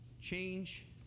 change